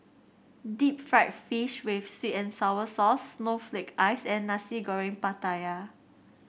Deep Fried Fish with sweet and sour sauce Snowflake Ice and Nasi Goreng Pattaya